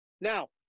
Now